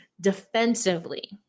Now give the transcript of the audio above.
defensively